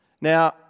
Now